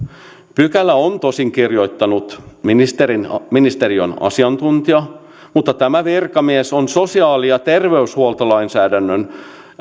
pykälän on tosin kirjoittanut ministeriön ministeriön asiantuntija mutta tämä virkamies on sosiaali ja terveydenhuoltolainsäädännön